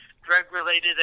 drug-related